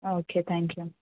okay thank you